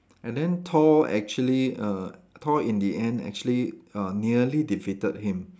and then Thor actually err Thor in the end actually uh nearly defeated him